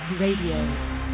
Radio